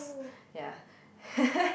yeah